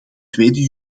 tweede